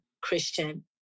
Christian